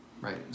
Right